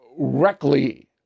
Reckley